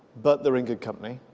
but they're in good company